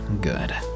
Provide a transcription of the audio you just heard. Good